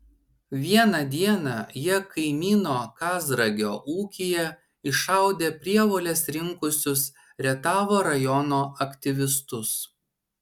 vieną dieną jie kaimyno kazragio ūkyje iššaudė prievoles rinkusius rietavo rajono aktyvistus